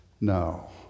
No